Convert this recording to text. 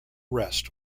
rest